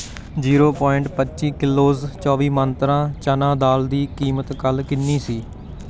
zero point ਪੱਚੀ kilos ਚੌਵੀ ਮੰਤਰਾਂ ਚਨਾ ਦਾਲ ਦੀ ਕੀਮਤ ਕੱਲ ਕਿੰਨੀ ਸੀ